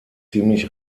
ziemlich